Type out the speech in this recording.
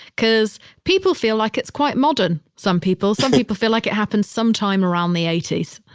because people feel like it's quite modern. some people some people feel like it happened sometime around the eighty s,